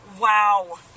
wow